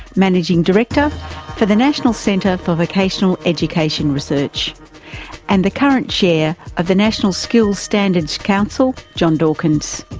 managing director for the national centre for vocational education research and the current chair of the national skills standards council, john dawkins.